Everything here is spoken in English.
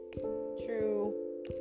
true